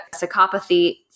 psychopathy